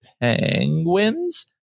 penguins